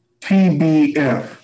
TBF